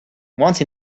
once